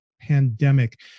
pandemic